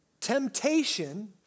Temptation